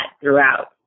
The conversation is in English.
throughout